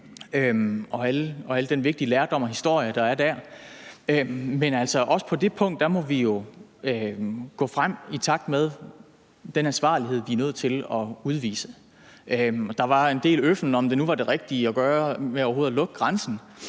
og al den vigtige lærdom og historie, der er der. Men også på det punkt må vi jo gå frem i takt med den ansvarlighed, vi er nødt til at udvise. Der var en del øffen om, hvorvidt det at lukke grænsen